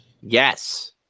Yes